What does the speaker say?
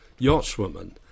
yachtswoman